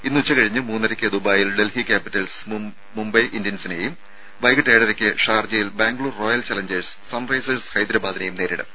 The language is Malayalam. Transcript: ഇന്ന് ഉച്ചകഴിഞ്ഞ് മൂന്നരയ്ക്ക് ദുബായിൽ ഡൽഹി ക്യാപിറ്റൽസ് മുംബൈ ഇന്ത്യൻസിനെയും വൈകിട്ട് ഏഴരയ്ക്ക് ഷാർജയിൽ Bangalore Royal Challengers Sun Risers ഹൈദരബാദിനെയും നേരിടും